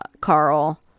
carl